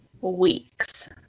weeks